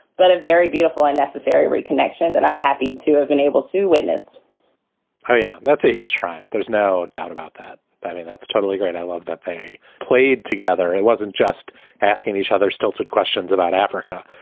but a very beautiful and necessary reconnection that i'm happy to have been able to witness yeah. that's a huge triumph. there's no doubt about that. i mean, that's totally great. i love that they played together. it wasn't just asking each other stilted questions about africa.